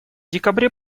декабре